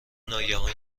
ناگهان